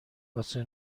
واسه